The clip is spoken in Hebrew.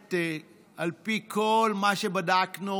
על פי כל מה שבדקנו,